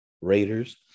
Raiders